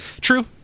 true